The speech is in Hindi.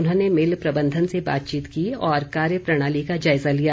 उन्होंने मिल प्रबंधन से बातचीत की और कार्य प्रणाली का जायज़ा लिया